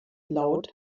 laut